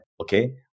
Okay